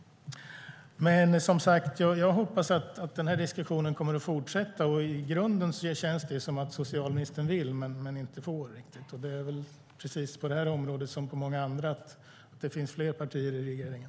Jag hoppas att diskussionen kommer att fortsätta. I grunden känns det som att socialministern vill men inte riktigt får. På det här området precis som på många andra finns det fler partier i regeringen.